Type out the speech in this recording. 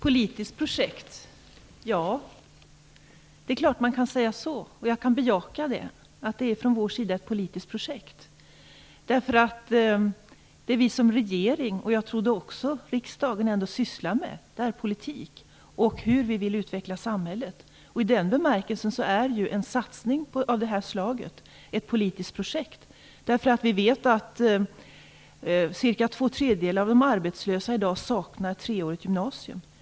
Fru talman! Det är klart man kan säga att det är ett politiskt projekt. Jag kan bejaka att det från vår sida är fråga om ett politiskt projekt. Det som regeringen - och som jag trodde även riksdagen - sysslar med är ju politik och hur vi vill utveckla samhället. I den bemärkelsen är en satsning av det här slaget ett politiskt projekt. Vi vet att två tredjedelar av de arbetslösa i dag saknar treårigt gymnasium.